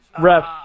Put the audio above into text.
Ref's